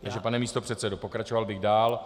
Takže, pane místopředsedo, pokračoval bych dál.